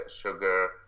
sugar